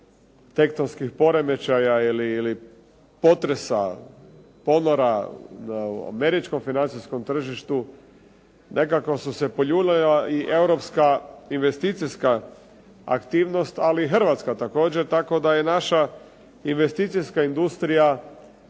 tektonskih poremećaja ili potresa, ponora u američkom financijskom tržištu nekako se poljuljala i europska investicijska aktivnost, ali i hrvatska također, tako da je naša investicijska industrija